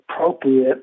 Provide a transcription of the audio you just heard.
appropriate